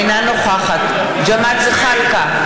אינה נוכחת ג'מאל זחאלקה,